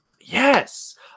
Yes